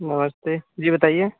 नमस्ते जी बताइए